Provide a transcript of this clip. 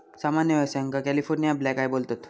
सामान्य व्यावसायिकांका California blackeye बोलतत